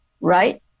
Right